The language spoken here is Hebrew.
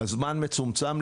הזמן מצומצם,